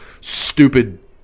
stupid